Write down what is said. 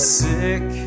sick